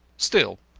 still,